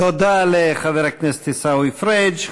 תודה לחבר הכנסת עיסאווי פריג'.